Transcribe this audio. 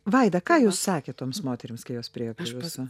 vaida ką jūs sakėt toms moterims kai jos priėjo prie jūsų